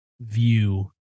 view